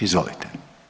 Izvolite.